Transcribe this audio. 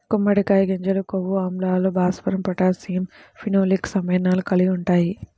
గుమ్మడికాయ గింజలు కొవ్వు ఆమ్లాలు, భాస్వరం, పొటాషియం, ఫినోలిక్ సమ్మేళనాలు కలిగి ఉంటాయి